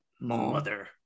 mother